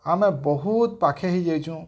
ଆମେ ବହୁତ୍ ପାଖେଇ ହେଇଯାଇଛୁଁ